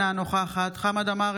אינה נוכחת חמד עמאר,